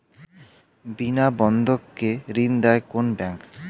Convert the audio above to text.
বিনা বন্ধক কে ঋণ দেয় কোন ব্যাংক?